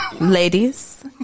ladies